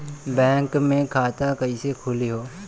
Bank मे खाता कईसे खुली हो?